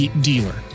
dealer